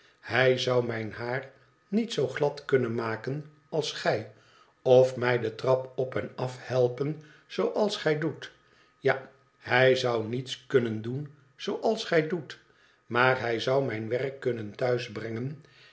hij zou mijn haar niet zoo glad kunnen maken als gij of mij de trap op en af helpen zooals gij doet ja hij zou niets kunnen doen zooals gij doet maar hij zou mijn werk kunnen thuis brengen